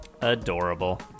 Adorable